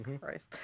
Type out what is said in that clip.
Christ